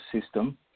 system